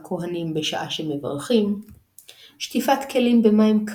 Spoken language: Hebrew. פולמוס הלכתי ארוך ניטש סביב הברכה על קריאת ההלל,